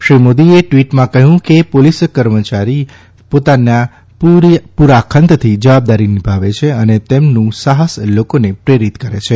શ્રી મોદીએ ટ્વીટમાં કહ્યું છે કે પોલીસ કર્મચારી પોતાની પુરી જવાબદારીથી જવાબદારી નિભાવે છે અને તેમનો સાહસ લોકોને પ્રેરિત કરે છે